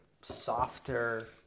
softer